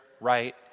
right